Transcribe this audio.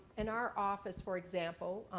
in our office, for example,